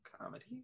comedy